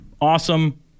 Awesome